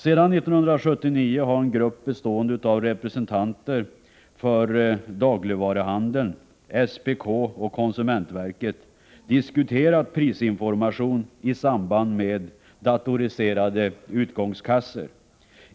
Sedan 1979 har en grupp bestående av representanter för dagligvaruhandel, SPK och konsumentverket diskuterat prisinformation i samband med datoriserade utgångskassor.